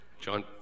John